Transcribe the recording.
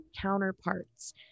counterparts